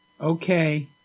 Okay